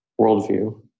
worldview